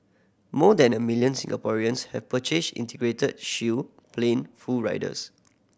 more than a million Singaporeans have purchased Integrated Shield Plan full riders